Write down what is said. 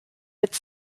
its